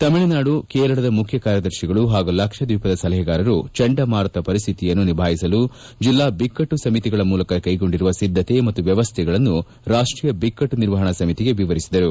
ತಮಿಳುನಾಡು ಕೇರಳದ ಮುಖ್ಯ ಕಾರ್ಯದರ್ತಿಗಳು ಹಾಗೂ ಲಕ್ಷದ್ನೀಪದ ಸಲಹೆಗಾರರು ಚಂಡಮಾರುತ ಪರಿಸ್ಥಿತಿಯನ್ನು ನಭಾಯಿಸಲು ಜೆಲ್ಲಾ ಬಿಕ್ಕಟ್ಟು ಸಮಿತಿಗಳ ಮೂಲಕ ಕೈಗೊಂಡಿರುವ ಸಿದ್ದತೆ ಹಾಗೂ ವ್ಯವಸ್ಥೆಗಳನ್ನು ರಾಷ್ಲೀಯ ಬಿಕ್ಕಟ್ಲು ನಿರ್ವಹಣಾ ಸಮಿತಿಗೆ ವಿವರಿಸಿದರು